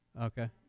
Okay